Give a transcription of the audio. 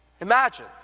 Imagine